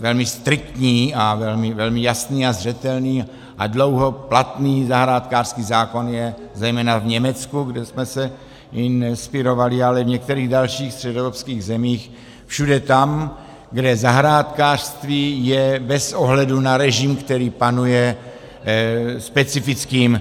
Velmi striktní a velmi jasný a zřetelný a dlouho platný zahrádkářský zákon je zejména v Německu, kde jsme se jím inspirovali, ale i v některých dalších středoevropských zemích, všude tam, kde zahrádkářství je bez ohledu na režim, který panuje, specifickým